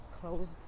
closed